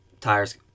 tires